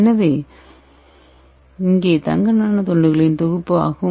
எனவே இது தங்க நானோ தண்டுகளின் தொகுப்பு ஆகும்